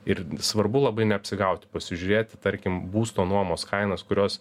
ir svarbu labai neapsigauti pasižiūrėti tarkim būsto nuomos kainas kurios